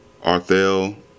Arthel